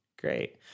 Great